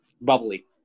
bubbly